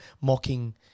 mocking